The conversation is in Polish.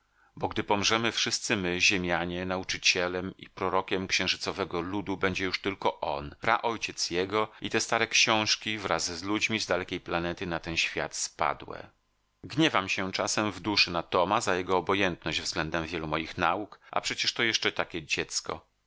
bo gdy pomrzemy wszyscy my ziemianie nauczycielem i prorokiem księżycowego ludu będzie już tylko on praojciec jego i te stare książki wraz z ludźmi z dalekiej planety na ten świat spadłe gniewam się czasem w duszy na toma za jego obojętność względem wielu moich nauk a przecież to jeszcze takie dziecko